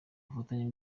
bufatanye